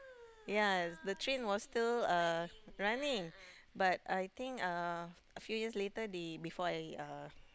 ya the train was still uh running but I think uh a few years later they before I uh